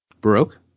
Baroque